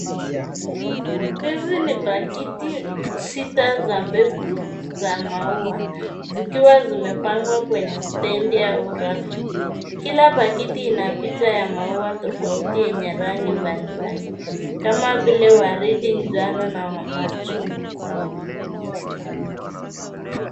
Hizi ni paketi sita za mbegu za maua zikiwa zimepangwa kwenye stendi au rafu. Kila paketi ina picha ya mau tofauti eney rangi mbalimbali kama vile waridi njano na machungwa.